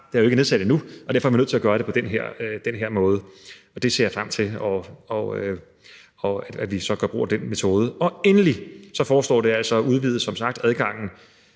er jo ikke nedsat endnu, og derfor er man nødt til at gøre det på den her måde, og det ser jeg frem til – at vi så gør brug af den metode. Endelig foreslås det som sagt altså at udvide adgangen